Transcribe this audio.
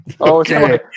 okay